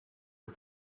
are